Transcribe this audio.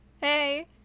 Hey